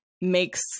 makes